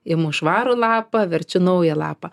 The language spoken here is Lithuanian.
imu švarų lapą verčiu naują lapą